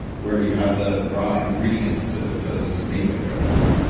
where you have the raw ingredients to to at least make adrenaline.